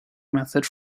method